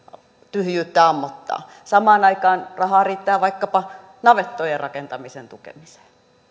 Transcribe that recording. tyhjyyttä ammottaa samaan aikaan rahaa riittää vaikkapa navettojen rakentamisen tukemiseen